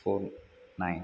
four nine